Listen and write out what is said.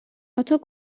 آتا